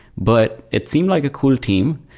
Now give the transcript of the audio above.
but it seemed like a cool team.